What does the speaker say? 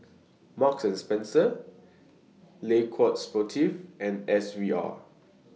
Marks and Spencer Le Coq Sportif and S V R